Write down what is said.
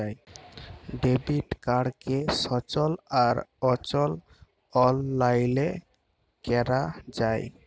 debit কাড়কে সচল আর অচল অললাইলে ক্যরা যায়